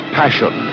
passion